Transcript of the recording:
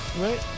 right